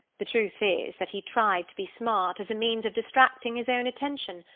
the truth is, that he tried to be smart, as a means of distracting his own attention,